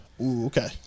okay